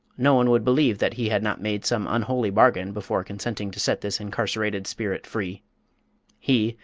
no one would believe that he had not made some unholy bargain before consenting to set this incarcerated spirit free he,